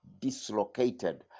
dislocated